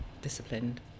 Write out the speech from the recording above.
disciplined